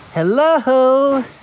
Hello